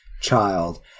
child